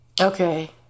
Okay